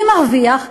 מי מרוויח?